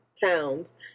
towns